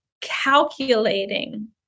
calculating